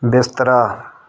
ਬਿਸਤਰਾ